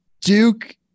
Duke